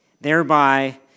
thereby